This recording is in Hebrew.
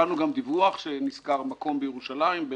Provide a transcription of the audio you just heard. קיבלנו גם דיווח שנשכר מקום בירושלים,